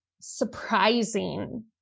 surprising